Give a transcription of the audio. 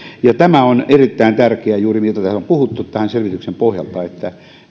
tämä on erittäin tärkeää juuri viitaten siihen mitä täällä on puhuttu tämän selvityksen pohjalta että